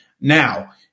Now